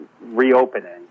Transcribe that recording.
reopening